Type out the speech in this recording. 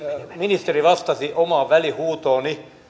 ministeri vastasi omaan välihuutooni